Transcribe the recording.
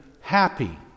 happy